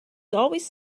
always